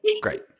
great